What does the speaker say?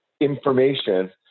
information